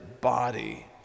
body